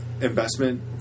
investment